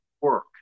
work